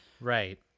Right